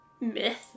myth